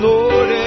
Lord